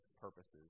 purposes